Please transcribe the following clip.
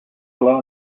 glow